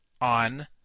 on